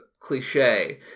cliche